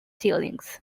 tilings